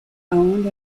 owned